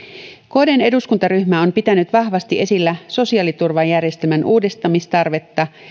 kdn eduskuntaryhmä on pitänyt vahvasti esillä sosiaaliturvajärjestelmän uudistamistarvetta